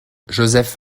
joseph